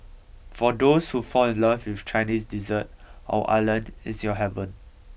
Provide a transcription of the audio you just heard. for those who fall in love with Chinese dessert our island is your heaven